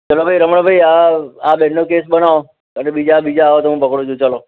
ચલો ભઈ રમણભઈ આ આ બેનનો કેશ બનાવો અને બીજા બીજા આવે તો હું પકડું છું ચલો